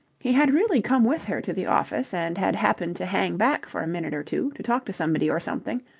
he had really come with her to the office and had happened to hang back for a minute or two, to talk to somebody or something.